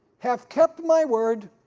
have kept my word,